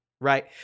right